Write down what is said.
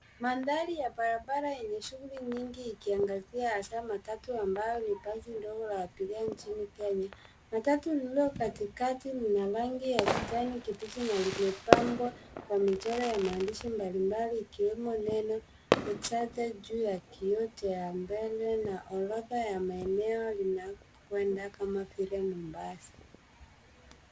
Mandhari ya barabara yenye shughuli nyingi ikiangazia hasaa matatu ambayo ni basi dogo la abiria nchini Kenya. Matatu lililo katikati lina rangi ya kijani kibichi na limepambwa na michoro mbalimbali ikiwemo neno exalted juu ya kioo cha mbele na orodha ya maeneo linalokwenda kama vile Mombasa.